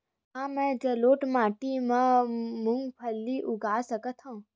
का मैं जलोढ़ माटी म मूंगफली उगा सकत हंव?